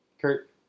Kurt